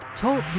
Talk